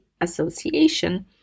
Association